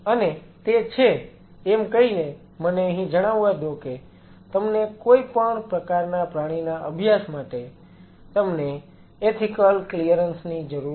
અને તે છે એમ કહીને મને અહીં જણાવવા દો કે તમને કોઈપણ પ્રકારના પ્રાણીના અભ્યાસ માટે તમને એથીકલ ક્લીયરન્સ ની જરૂર છે